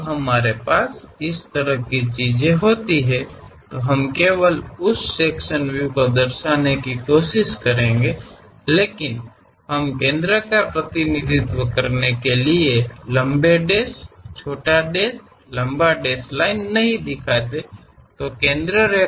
ನಾವು ಅಂತಹ ವಿಷಯವನ್ನು ಹೊಂದಿರುವಾಗ ನಾವು ಆ ವಿಭಾಗೀಯ ವೀಕ್ಷಣೆ ಪ್ರಾತಿನಿಧ್ಯವನ್ನು ಮಾತ್ರ ಪ್ರತಿನಿಧಿಸುತ್ತೇವೆ ಆದರೆ ನಾವು ತೋರಿಸುವುದಿಲ್ಲ ಕೇಂದ್ರವನ್ನು ಪ್ರತಿನಿಧಿಸಲು ಶಾರ್ಟ್ ಡ್ಯಾಶ್ ಲಾಂಗ್ ಡ್ಯಾಶ್ನಂತಹ ಯಾವುದನ್ನೂ ನಾವು ತೋರಿಸುವುದಿಲ್ಲ